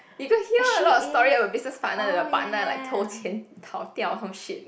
you got hear a lot of story of the business partner the partner like 投钱跑掉 or some shit